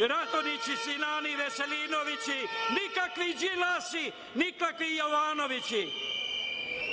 Radonjići, Sinani, Veselinovići, nikakvi Đilasi, nikakvi Jovanovići.